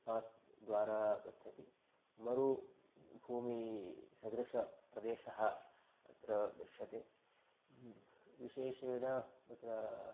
पास्द्वारा गच्छति मरुभूमिसदृशप्रदेशः अत्र दृश्यते विशेषेण तत्र